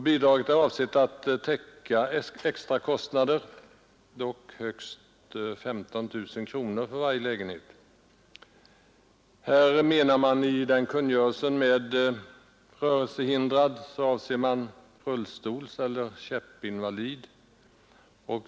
Bidraget är avsett att täcka extrakostnader, dock högst 15 000 kronor för varje lägenhet. I den kungörelsen avser man med rörelsehindrad rullstolseller käppinvalid.